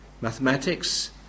mathematics